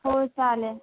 होय चालेल